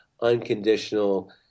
unconditional